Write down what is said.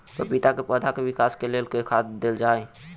पपीता केँ पौधा केँ विकास केँ लेल केँ खाद देल जाए?